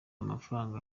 amafaranga